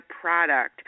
product